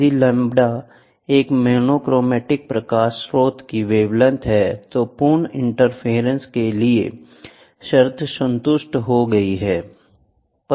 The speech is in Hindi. यदि लैम्ब्डा एक मोनोक्रोमैटिक प्रकाश स्रोत की वेवलेंथ है तो पूर्ण इंटरफेरेंस के लिए शर्त संतुष्ट हो गई है